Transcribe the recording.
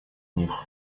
них